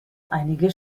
einige